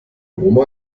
oma